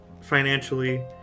financially